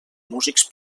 músics